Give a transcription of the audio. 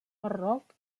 marroc